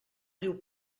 diu